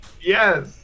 yes